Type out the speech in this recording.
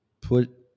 put